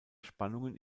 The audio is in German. spannungen